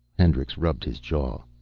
hendricks rubbed his jaw.